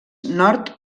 nord